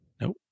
Nope